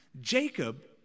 Jacob